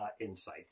insight